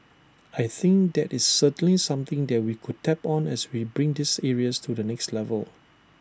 I think that is certainly something that we could tap on as we bring these areas to the next level